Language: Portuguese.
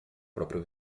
próprio